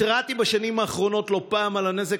התרעתי בשנים האחרונות לא פעם על הנזק